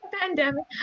pandemic